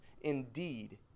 Indeed